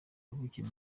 yavukiye